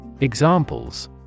Examples